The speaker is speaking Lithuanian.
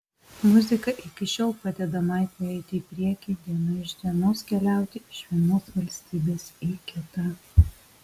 muzika iki šiol padeda maiklui eiti į priekį diena iš dienos keliauti iš vienos valstybės į kitą